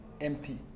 empty